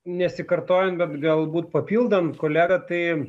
nesikartojant bet galbūt papildom kolegą tai